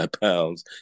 pounds